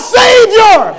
savior